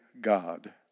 God